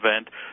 event